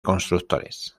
constructores